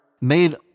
made